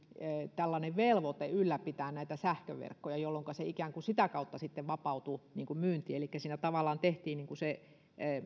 tällainen velvoite ylläpitää näitä sähköverkkoja jolloinka se ikään kuin sitä kautta sitten vapautui myyntiin elikkä siinä tavallaan tehtiin